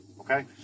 Okay